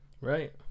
Right